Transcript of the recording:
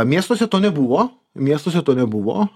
miestuose to nebuvo miestuose to nebuvo